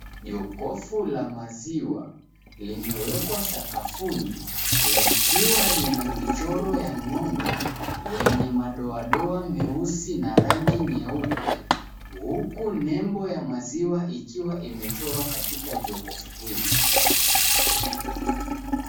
Jokofu la maziwa lemewekwa sakafuni likiwa lina michoro ya ng'ombe, wenye madoadoa meusi na rangi nyeupe, huku nembo ya maziwa ikiwa imechorwa katika jokofu hili.